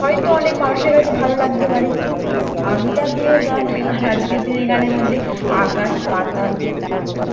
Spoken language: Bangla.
হয়তো অনেক মানুষের কাছে ভালো লাগতে পারে কিন্তু আগেকার দিনের গান আর আজকের দিনের গানের মধ্যে আকাশ পাতাল পার্থক্য